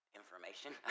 information